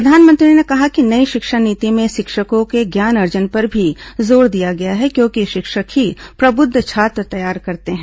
प्रधानमंत्री ने कहा कि नई शिक्षा नीति में शिक्षकों के ज्ञानार्जन पर भी जोर दिया गया है क्योंकि शिक्षक ही प्रबुद्ध छात्र तैयार करते हैं